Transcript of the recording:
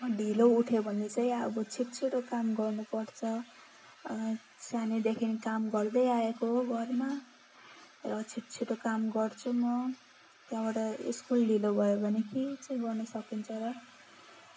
ढिलो उठ्यो भने चाहिँ अब छिटो छिटो काम गर्नु पर्छ सानैदेखि काम गर्दै आएको घरमा र छिटो छिटो काम गर्छु म त्यहाँबाट स्कुल ढिलो भयो भने के चाहिँ गर्नु सकिन्छ र